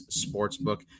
Sportsbook